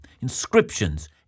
inscriptions